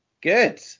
Good